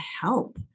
help